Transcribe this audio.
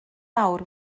nawr